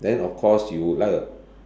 then of course you would like a